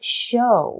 show